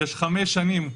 יש חמש שנים,